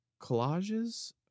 collages